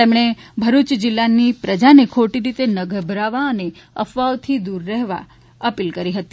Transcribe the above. તેમણે ભરૂચ જિલ્લાના પ્રજાજનોને ખોટી રીતે ન ગભરાવવા અને અફવાથી દુર રહેવા અપીલ કરી છે